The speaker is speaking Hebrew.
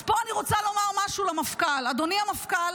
אז פה אני רוצה לומר משהו למפכ"ל: אדוני המפכ"ל,